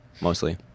mostly